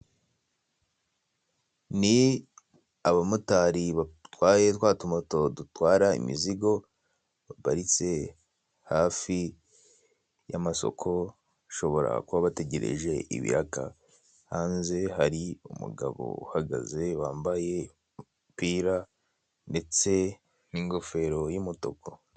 Ni abamotari batwaye twa tu muto dutwara imizigo baparitse hafi yamasoko bashobora kuba bategereje ibiraka hanze hari umugabo uhagaze wambaye umupira umupira ndetse n'ingofero y'umutuku.